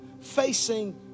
facing